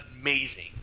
amazing